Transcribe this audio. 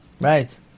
right